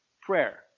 prayer